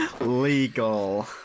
legal